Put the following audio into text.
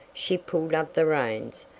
she pulled up the reins,